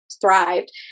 thrived